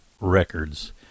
records